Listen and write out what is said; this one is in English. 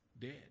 Dead